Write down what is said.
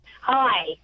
Hi